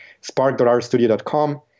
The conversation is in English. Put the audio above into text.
spark.rstudio.com